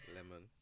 Lemon